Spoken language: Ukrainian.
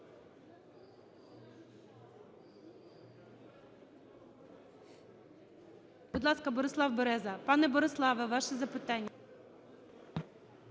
Будь ласка, Борислав Береза. Пане Бориславе, ваше запитання.